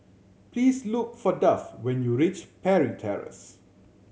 please look for Duff when you reach Parry Terrace